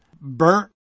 burnt